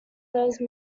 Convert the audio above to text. those